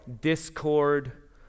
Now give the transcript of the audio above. discord